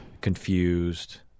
confused